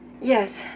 Yes